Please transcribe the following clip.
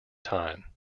time